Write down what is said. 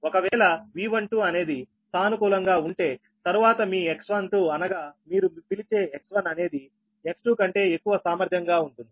ఒకవేళ V12 అనేది సానుకూలంగా ఉంటే తరువాత మీ X12 అనగా మీరు పిలిచే X1 అనేది X2 కంటే ఎక్కువ సామర్థ్యం గా ఉంటుంది